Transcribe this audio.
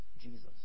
Jesus